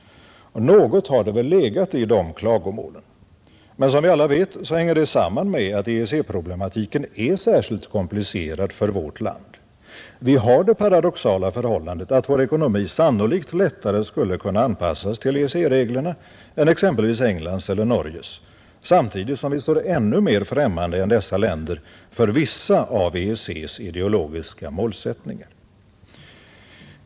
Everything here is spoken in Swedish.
Något har det väl legat i de klagomålen. Men som vi alla vet hänger det samman med att EEC-problematiken är särskilt komplicerad för vårt land. Vi har det paradoxala förhållandet att vår ekonomi sannolikt lättare skulle kunna anpassas till EEC-reglerna än exempelvis Englands och Norges, samtidigt som vi står ännu mer främmande än dessa länder för vissa av EEC:s ideologiska målsättningar.